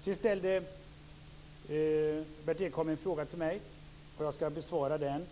Berndt Ekholm ställde en fråga till mig och jag ska besvara den. Frågan